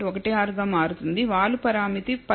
16 గా మారుతుంది వాలు పరామితి 15